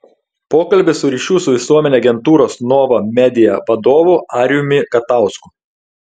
pokalbis su ryšių su visuomene agentūros nova media vadovu arijumi katausku